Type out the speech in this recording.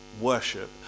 worship